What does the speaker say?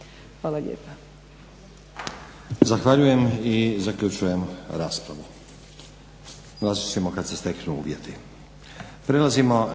Hvala lijepo.